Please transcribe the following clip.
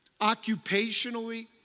occupationally